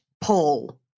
Paul